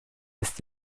ist